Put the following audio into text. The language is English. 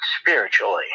spiritually